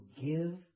give